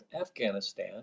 Afghanistan